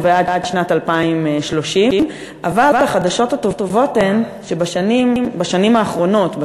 ועד שנת 2030. אבל החדשות הטובות הן שבשנים האחרונות,